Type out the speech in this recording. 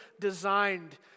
designed